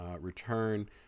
return